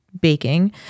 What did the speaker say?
baking